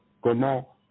comment